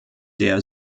der